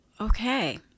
Okay